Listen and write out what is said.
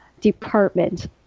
department